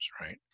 right